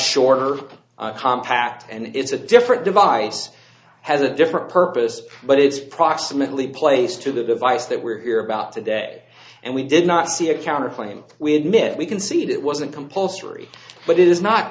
shorter compact and it's a different device has a different per this but it's proximately place to the device that we're here about today and we did not see a counter claim we admit we concede it wasn't compulsory but it is not